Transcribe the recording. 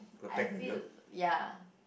I feel ya